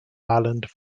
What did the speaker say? ireland